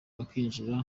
bakinjira